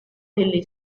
delle